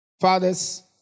fathers